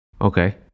Okay